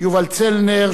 יובל צלנר,